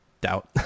doubt